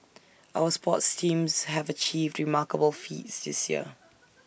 our sports teams have achieved remarkable feats this year